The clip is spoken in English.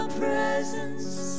presence